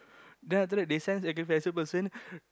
then after that they send sacrificer person